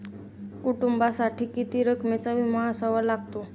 कुटुंबासाठी किती रकमेचा विमा असावा लागतो?